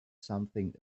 something